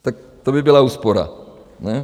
Tak to by byla úspora, ne?